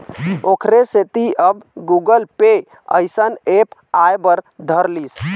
ओखरे सेती अब गुगल पे अइसन ऐप आय बर धर लिस